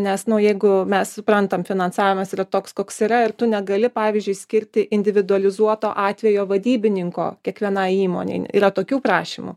nes nu jeigu mes suprantam finansavimas yra toks koks yra ir tu negali pavyzdžiui skirti individualizuoto atvejo vadybininko kiekvienai įmonei yra tokių prašymų